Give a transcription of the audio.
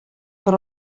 бер